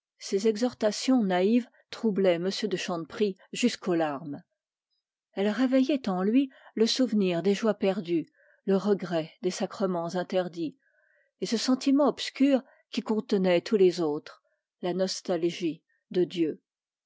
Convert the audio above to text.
ces exhortations naïves troublaient augustin jusqu'aux larmes elles réveillaient en lui le souvenir des joies perdues le regret des sacrements interdits et ce sentiment qui contenait tous les autres la nostalgie de dieu